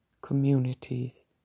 communities